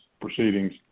proceedings